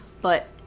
but-